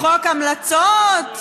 חוק המלצות?